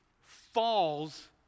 falls